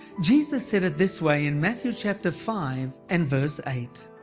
jesus said it this way in matthew chapter five and verse eight.